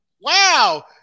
Wow